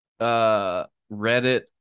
Reddit